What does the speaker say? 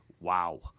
wow